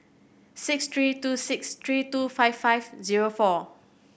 six three two six three two five five zero four